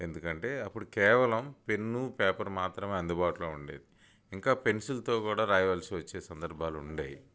ఎందుకంటే అప్పుడు కేవలం పెన్ను పేపర్ మాత్రమే అందుబాటులో ఉండేది ఇంకా పెన్సిల్తో కూడా రాయవలసి వచ్చే సందర్భాలు ఉండేవి